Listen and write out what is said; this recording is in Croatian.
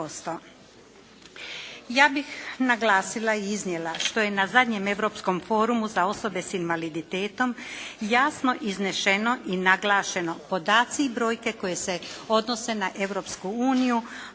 Ja bih naglasila i iznijela što je na zadnjem Europskom forumu za osobe s invaliditetom jasno izneseno i naglašeno podaci i brojke koji se odnose na Europsku uniju